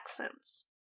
accents